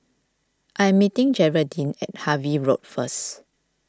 I am meeting Jeraldine at Harvey Road first